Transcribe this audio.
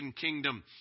kingdom